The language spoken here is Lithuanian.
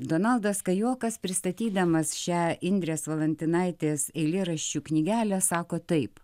donaldas kajokas pristatydamas šią indrės valantinaitės eilėraščių knygelę sako taip